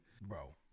bro